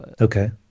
Okay